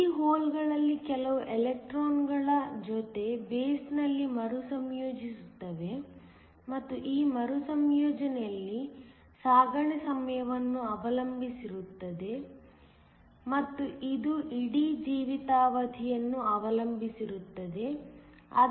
ಈ ಹೋಲ್ಗಳಲ್ಲಿ ಕೆಲವು ಎಲೆಕ್ಟ್ರಾನ್ಗಳ ಜೊತೆಗೆ ಬೇಸ್ನಲ್ಲಿ ಮರುಸಂಯೋಜಿಸುತ್ತವೆ ಮತ್ತು ಈ ಮರುಸಂಯೋಜನೆಯಲ್ಲಿ ಸಾಗಣೆ ಸಮಯವನ್ನು ಅವಲಂಬಿಸಿರುತ್ತದೆ ಮತ್ತು ಇದು ಇಡೀ ಜೀವಿತಾವಧಿಯನ್ನು ಅವಲಂಬಿಸಿರುತ್ತದೆ